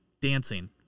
dancing